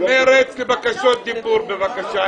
מרצ בבקשות דיבור, בבקשה.